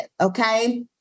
okay